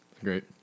great